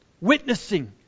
witnessing